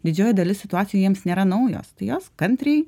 didžioji dalis situacijų jiems nėra naujos jos kantriai